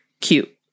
cute